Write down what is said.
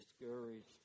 discouraged